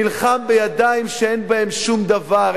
נלחם בידיים שאין בהן שום דבר,